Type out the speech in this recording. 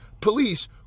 police